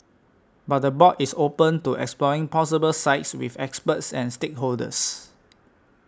but the board is open to exploring possible sites with experts and stakeholders